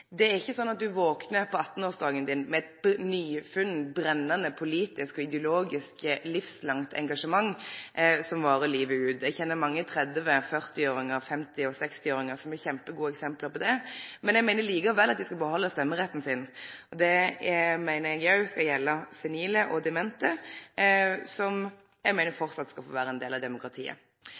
Det er ikkje slik at du vaknar på 18-årsdagen din med eit nyfunne, brennande politisk og ideologisk livslangt engasjement. Eg kjenner mange 30-, 40-, 50- og 60-åringar som er kjempegode eksempel på det, men eg vil likevel at dei skal behalde stemmeretten. Det meiner eg òg skal gjelde senile og demente – dei skal framleis få vere ein del av demokratiet.